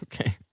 Okay